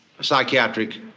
psychiatric